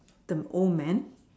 the old man